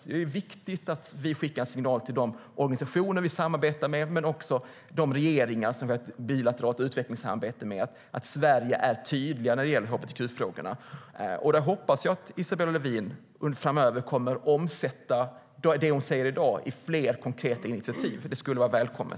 Det är viktigt att vi skickar signaler till de organisationer vi samarbetar med om att Sverige är tydligt när det gäller hbtq-frågorna men också till de regeringar som vi har ett bilateralt utvecklingssamarbete med. Jag hoppas att Isabella Lövin framöver kommer att omsätta det hon säger i dag i fler konkreta initiativ. Det skulle vara välkommet.